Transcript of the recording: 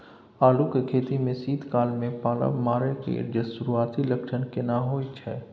आलू के खेती में शीत काल में पाला मारै के सुरूआती लक्षण केना होय छै?